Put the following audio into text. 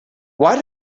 why